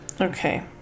okay